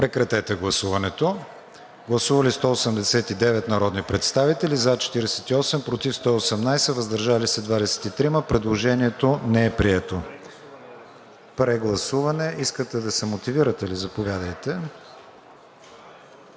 го на гласуване. Гласували 180 народни представители: за 41, против 139, въздържали се няма. Предложението не е прието. Прегласуване – искате да го мотивирате. Заповядайте,